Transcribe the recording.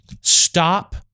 stop